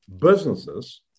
businesses